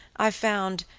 i found,